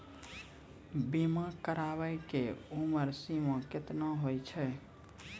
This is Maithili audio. बीमा कराबै के उमर सीमा केतना होय छै?